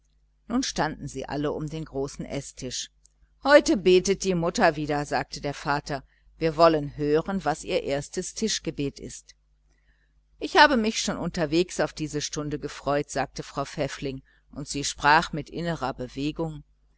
nun standen sie alle um den großen eßtisch heute betet die mutter wieder sagte der vater wir wollen hören was ihr erstes tischgebet ist ich habe mich schon unterwegs auf diese stunde gefreut sagte frau pfäffling und sie sprach mit innerer bewegung